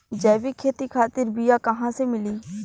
जैविक खेती खातिर बीया कहाँसे मिली?